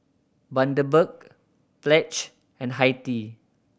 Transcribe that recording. Bundaberg Pledge and Hi Tea